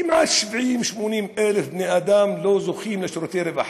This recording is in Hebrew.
כמעט 80,000-70,000 בני אדם לא זוכים לשירותי רווחה.